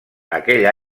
aquell